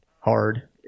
hard